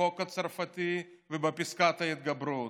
בחוק הצרפתי ובפסקת ההתגברות.